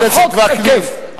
החוק תקף.